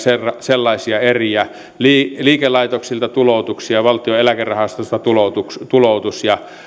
sellaisia eriä liikelaitoksilta tuloutuksia valtion eläkerahastosta tuloutus tuloutus ja